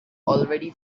already